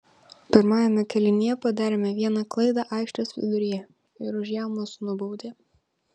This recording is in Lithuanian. pirmajame kėlinyje padarėme vieną klaidą aikštės viduryje ir už ją mus nubaudė